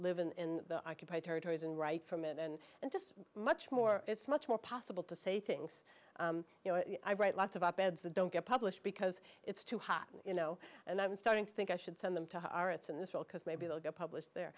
live in the occupied territories and write from it and just much more it's much more possible to say things you know i write lots of op eds that don't get published because it's too hot in a row and i'm starting to think i should send them to our it's in this world because maybe they'll get published there